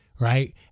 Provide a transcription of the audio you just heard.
Right